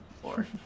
floor